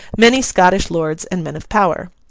many scottish lords and men of power.